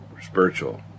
spiritual